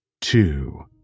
two